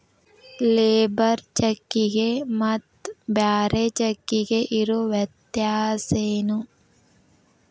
Labour ಚೆಕ್ಕಿಗೆ ಮತ್ತ್ ಬ್ಯಾರೆ ಚೆಕ್ಕಿಗೆ ಇರೊ ವ್ಯತ್ಯಾಸೇನು?